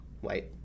white